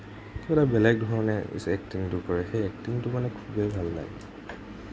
কিবা এটা বেলেগ ধৰণে মানে এক্টিঙটো কৰে সেই এক্টিঙটো খুবেই ভাল লাগে